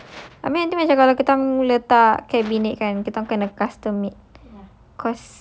sekarang terkeluar habis macam nanti kalau kita letak cabinet kan kita kena custom made